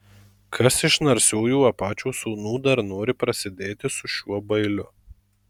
kas iš narsiųjų apačių sūnų dar nori prasidėti su šiuo bailiu